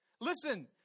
Listen